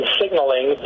signaling